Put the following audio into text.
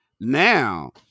Now